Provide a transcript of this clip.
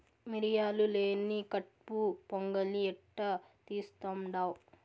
మిరియాలు లేని కట్పు పొంగలి ఎట్టా తీస్తుండావ్